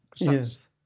Yes